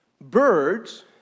Birds